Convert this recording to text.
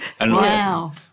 Wow